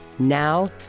Now